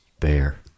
bear